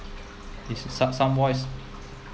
is some some boys